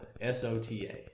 S-O-T-A